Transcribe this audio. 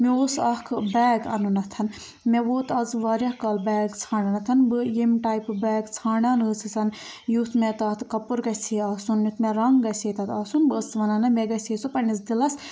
مےٚ اوس اَکھ بیگ اَنُتھن مےٚ ووت اَز واریاہ کال بیگ ژھانٛڈنَتھ بہٕ ییٚمہِ ٹایپہٕ بیگ ژھانٛڈان ٲسٕسن یُتھ مےٚ تَتھ کَپُر گژھِ ہے آسُن یُتھ مےٚ رنٛگ گژھِ ہا تَتھ آسُن بہٕ ٲسٕس وَنان نہ مےٚ گژھِ ہے سُہ پنٕنِس دِلَس